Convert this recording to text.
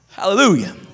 hallelujah